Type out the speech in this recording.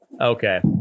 okay